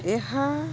ଏହା